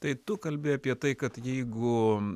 tai tu kalbi apie tai kad jeigu